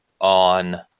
on